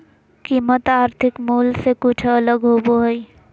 कीमत आर्थिक मूल से कुछ अलग होबो हइ